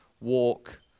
walk